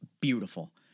Beautiful